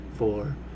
Four